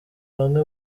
bamwe